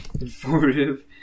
informative